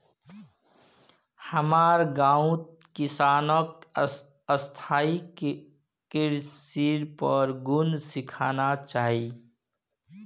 हमारो गांउत किसानक स्थायी कृषिर गुन सीखना चाहिए